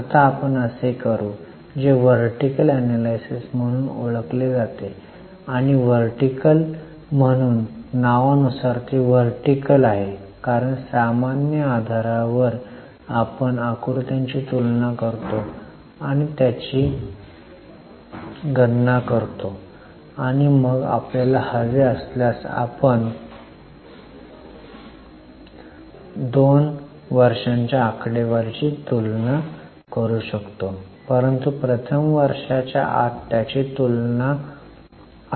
आता आपण असे करू जे वर्टीकल एनलायसिस म्हणून ओळखले जाते आणि वर्टीकल म्हणून नावा नुसार ते वर्टीकल आहे कारण सामान्य आधारावर आपण आकृत्यांची तुलना करतो आणि त्याची गणना करतो आणि मग आपल्याला हवे असल्यास आपण 2 वर्षांच्या आकडेवारीची तुलना करू शकतो परंतु प्रथम वर्षाच्या आत त्याची तुलना करेल